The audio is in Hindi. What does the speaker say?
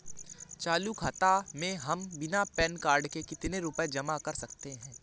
चालू खाता में हम बिना पैन कार्ड के कितनी रूपए जमा कर सकते हैं?